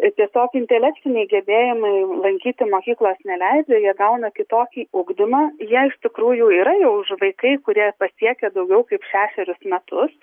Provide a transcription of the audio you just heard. tiesiog intelektiniai gebėjimai lankyti mokyklos neleidžia jie gauna kitokį ugdymą jie iš tikrųjų yra jau už vaikai kurie pasiekę daugiau kaip šešerius metus